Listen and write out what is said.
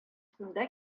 шунда